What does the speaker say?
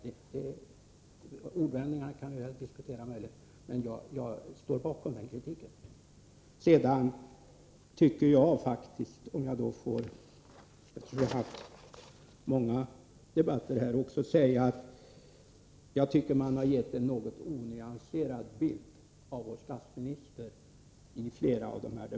Vi kan möjligen diskutera ordvändningarna, men jag står bakom den kritiken. Sedan får jag säga att man i flera av de här debatterna har gett en något onyanserad bild av vår statsminister.